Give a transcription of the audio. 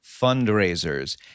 fundraisers